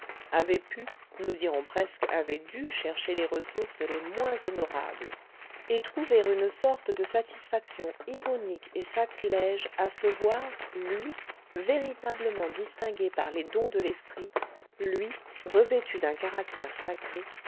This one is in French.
avait pu nous dirons presque avait dû chercher les ressources les moins honorables et trouver une sorte de satisfaction ironique et sacrilège à se voir lui véritablement distingué par les dons de l'esprit lui revêtu d'un caractère sacré